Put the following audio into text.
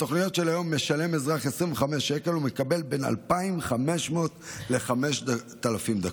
בתוכניות של היום משלם אזרח 25 שקל ומקבל בין 2,500 ל-5,000 דקות,